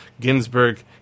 Ginsburg